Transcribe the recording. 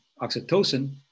oxytocin